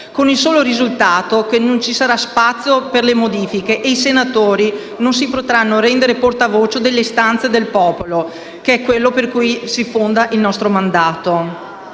con il solo risultato che non ci sarà spazio per le modifiche e i senatori non si potranno rendere portavoce delle istanze del popolo, che è ciò su cui si fonda il nostro mandato.